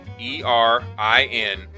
E-R-I-N